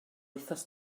wythnos